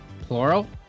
Plural